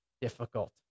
difficult